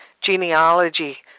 genealogy